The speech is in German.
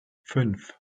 fünf